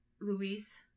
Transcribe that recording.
Luis